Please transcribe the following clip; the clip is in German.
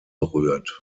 rührt